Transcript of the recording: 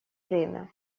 время